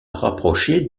rapprochée